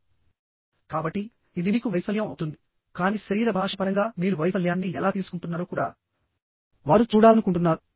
కాబట్టి ఇది మీకు వైఫల్యం అవుతుంది కానీ శరీర భాష పరంగా మీరు వైఫల్యాన్ని ఎలా తీసుకుంటున్నారో కూడా వారు చూడాలనుకుంటున్నారు